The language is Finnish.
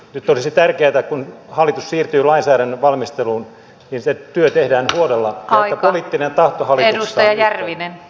nyt olisi tärkeätä kun hallitus siirtyy lainsäädännön valmisteluun että se työ tehdään huolella jotta poliittinen tahto hallituksessa on yhteinen